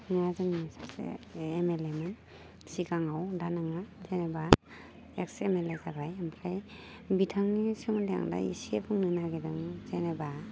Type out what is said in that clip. आ जोंनि सासे एम एल ए मोन सिगाङाव दा नोङो जेनेबा एक्स एम एल ए जाबाय ओमफ्राय बिथांनि सोमोन्दै आं दा एसे बुंनो नागिरदोंमोन जेनेबा